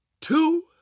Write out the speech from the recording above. two